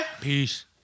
Peace